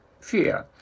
Fear